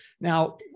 Now